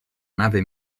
nave